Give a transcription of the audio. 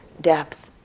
depth